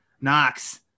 Knox